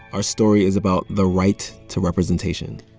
our story is about the right to representation.